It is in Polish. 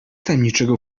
tajemniczego